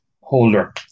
holder